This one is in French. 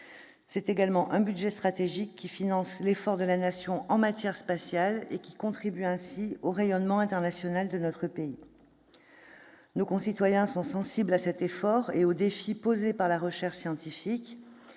C'est également un budget stratégique, qui finance l'effort de la Nation en matière spatiale et contribue ainsi au rayonnement international de notre pays. Nos concitoyens sont sensibles à cet effort et aux défis posés par la recherche scientifique.